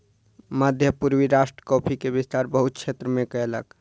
मध्य पूर्वी राष्ट्र कॉफ़ी के विस्तार बहुत क्षेत्र में कयलक